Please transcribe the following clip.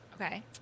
okay